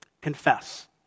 confess